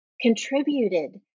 contributed